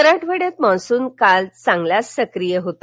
मराठवाड़यात monsoon काल चांगलाच सक्रीय होता